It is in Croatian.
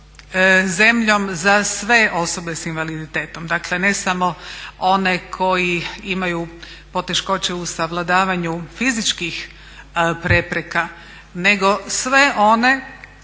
zemljom za sve osobe s invaliditetom, dakle ne samo one koji imaju poteškoće u savladavanju fizičkih prepreka nego sve one,